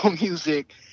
music